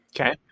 Okay